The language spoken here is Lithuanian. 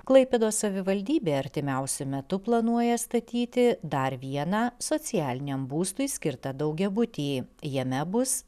klaipėdos savivaldybė artimiausiu metu planuoja statyti dar vieną socialiniam būstui skirtą daugiabutį jame bus